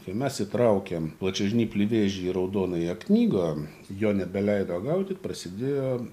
kai mes įtraukėm plačiažnyplį vėžį į raudonąją knygą jo nebeleido gaudyt prasidėjo